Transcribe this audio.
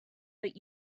but